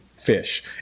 fish